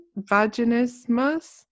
Vaginismus